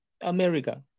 America